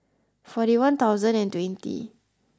forty one thousand and twenty